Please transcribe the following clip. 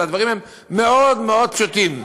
הדברים הם מאוד מאוד פשוטים.